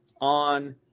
on